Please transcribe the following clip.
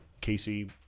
Casey